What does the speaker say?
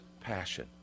passion